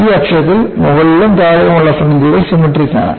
ഈ അക്ഷത്തിൽ മുകളിലും താഴെയുമുള്ള ഫ്രിഞ്ച്കൾ സിമട്രിക്ക് ആണ്